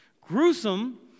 Gruesome